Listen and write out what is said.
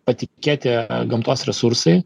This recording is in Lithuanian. patikėti gamtos resursai